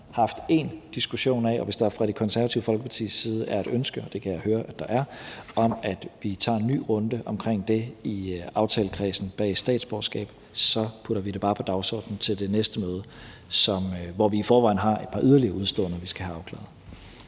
som sagt haft én diskussion af, og hvis der fra Det Konservative Folkepartis side er et ønske – og det kan jeg høre at der er – om, at vi tager en ny runde omkring det i aftalekredsen bag statsborgerskab, så putter vi det bare på dagsordenen til det næste møde, hvor vi i forvejen har et par yderligere udeståender, vi skal have afklaret.